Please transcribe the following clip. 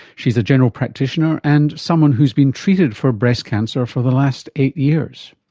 she's a general practitioner and someone who's been treated for breast cancer for the last eight years.